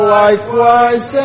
likewise